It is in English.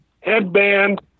Headband